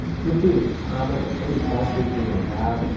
feel free to comment with any questions you may have.